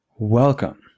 Welcome